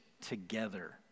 together